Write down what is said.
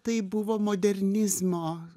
tai buvo modernizmo